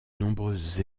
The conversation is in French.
nombreuses